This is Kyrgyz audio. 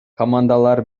командалар